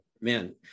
man